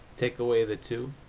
take away the two,